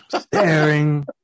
staring